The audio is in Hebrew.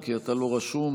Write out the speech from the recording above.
כי אתה לא רשום.